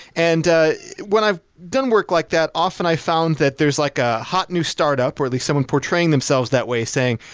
and ah when i've done work like that, often i found that there's like a hot new startup or at least someone portraying themselves that way saying,